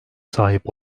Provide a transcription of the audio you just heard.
sahip